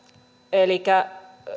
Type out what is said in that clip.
elikkä